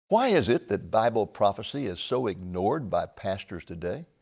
why is it that bible prophecy is so ignored by pastors today?